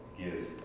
gives